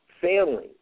failing